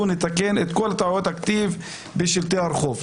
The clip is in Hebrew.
נתקן את כל טעויות הכתיב בשלטי הרחוב,